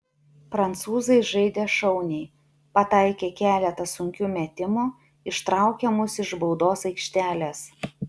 prancūzai žaidė šauniai pataikė keletą sunkių metimų ištraukė mus iš baudos aikštelės